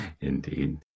Indeed